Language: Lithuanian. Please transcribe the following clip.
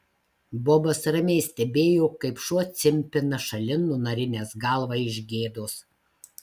bobas ramiai stebėjo kaip šuo cimpina šalin nunarinęs galvą iš gėdos